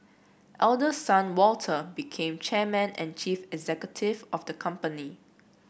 eldest son Walter became chairman and chief executive of the company